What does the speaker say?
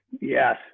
Yes